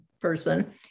person